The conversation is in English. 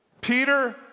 Peter